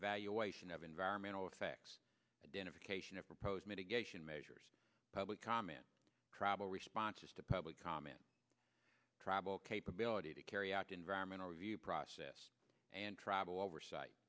evaluation of environmental effects identification i propose mitigation measures public comment travel responses to public comment travel capability to carry out environmental review process and travel oversight